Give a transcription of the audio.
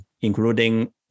including